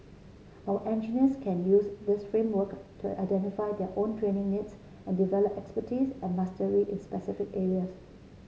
our engineers can use this framework to identify their own training needs and develop expertise and mastery in specific areas